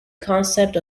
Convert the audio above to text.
concept